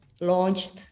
launched